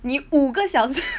你五个小时